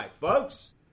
Folks